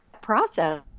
process